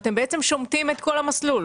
אתם בעצם שומטים את כל המסלול.